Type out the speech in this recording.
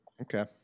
Okay